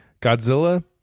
godzilla